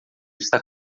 está